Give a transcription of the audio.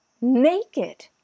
Naked